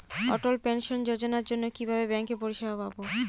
অটল pension যোজনার জন্য কিভাবে ব্যাঙ্কে পরিষেবা পাবো?